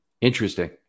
Interesting